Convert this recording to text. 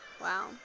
Wow